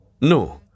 No